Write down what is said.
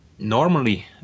Normally